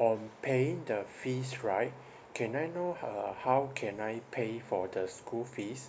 on paying the fees right can I know uh how can I pay for the school fees